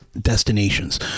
destinations